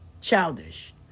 childish